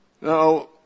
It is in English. Now